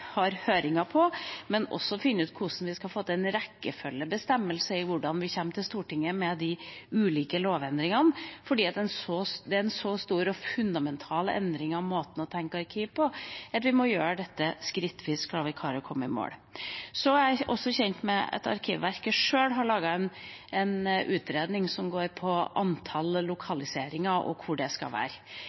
har på høring for å finne ut hvordan vi skal få til en rekkefølgebestemmelse i hvordan vi kommer til Stortinget med de ulike lovendringene. Det er en så stor og fundamental endring i måten å tenke arkiv på at vi må gjøre dette skrittvis hvis vi skal klare å komme i mål. Jeg er også kjent med at Arkivverket sjøl har laget en utredning som går på antall lokaliseringer og hvor de skal være.